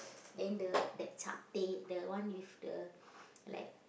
then the that the one with the like